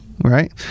Right